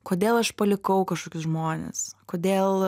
kodėl aš palikau kažkokius žmones kodėl